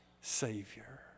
Savior